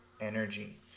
energy